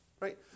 right